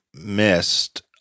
missed